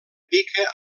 pica